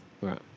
Right